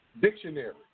Dictionary